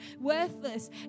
worthless